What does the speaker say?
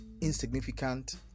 insignificant